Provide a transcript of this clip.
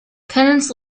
penance